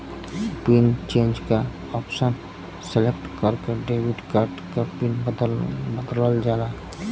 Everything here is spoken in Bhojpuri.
पिन चेंज क ऑप्शन सेलेक्ट करके डेबिट कार्ड क पिन बदलल जाला